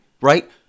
right